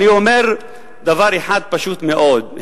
אני אומר דבר אחד פשוט מאוד.